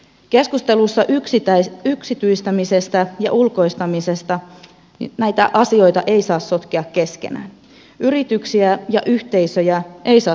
keskustelussa yksityistämisestä ja ulkoistamisesta näitä asioita ei saa sotkea keskenään yrityksiä ja yhteisöjä ei saa sotkea keskenään